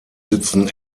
sitzen